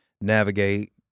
navigate